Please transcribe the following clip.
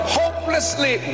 hopelessly